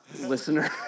listener